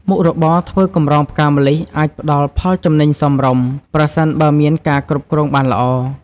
មុខរបរធ្វើកម្រងផ្កាម្លិះអាចផ្ដល់ផលចំណេញសមរម្យ ប្រសិនបើមានការគ្រប់គ្រងបានល្អ។